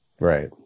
right